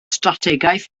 strategaeth